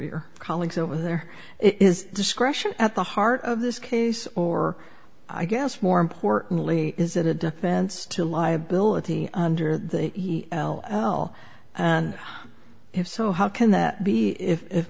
your colleagues over there is discretion at the heart of this case or i guess more importantly is it a defense to liability under the l o l and if so how can that be if